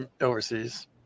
overseas